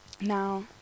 Now